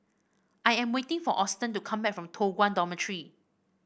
I am waiting for Austen to come back from Toh Guan Dormitory